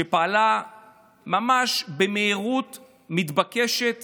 שפעלו ממש במהירות המתבקשת